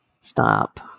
Stop